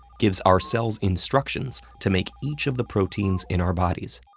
gives our cells instructions to make each of the proteins in our bodies.